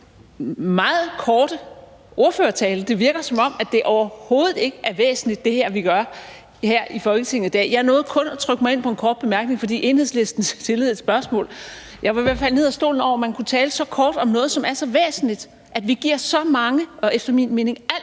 meget korte ordførertale. Det virker, som om det overhovedet ikke er væsentligt, hvad vi gør her i Folketingssalen i dag. Jeg nåede kun at trykke mig ind for en kort bemærkning, fordi Enhedslisten stillede et spørgsmål. Jeg var ved at falde ned af stolen over, at man kunne tale så kort om noget, som er så væsentligt, altså at vi giver så mange – og efter min mening alt